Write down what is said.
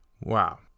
Wow